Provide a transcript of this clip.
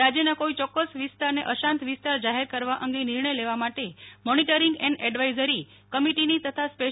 રાજ્યના કોઈ ચોક્કસ વિસ્તારને અશાંત વિસ્તાર જાહેર કરવા અંગે નિર્ણય લેવા માટે મોનીટરિંગ એન્ડ એડવાઈઝરી કમિટી તથા સ્પે